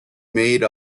made